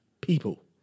people